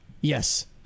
Yes